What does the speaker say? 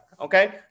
okay